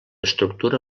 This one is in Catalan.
estructura